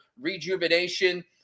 rejuvenation